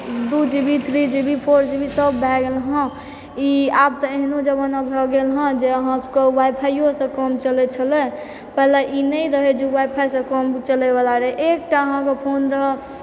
दू G B three G B four G B सभ भए गेल हँ ई आब तऽ एहनो जमाना भऽ गेल हँ जे अहाँसभकेँ वाइ फाइ ओसँ काम चलैत छलय पहिले ई नहि रहैत जे वाइ फाइ सँ काम चलयवला रहै एकटा अहाँकेँ फोन रहऽ